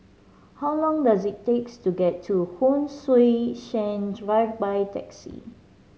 how long does it takes to get to Hon Sui Sen Drive by taxi